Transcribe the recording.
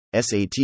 SAT